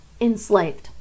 enslaved